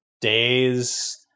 Days